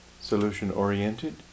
solution-oriented